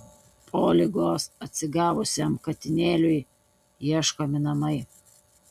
po ligos atsigavusiam katinėliui ieškomi namai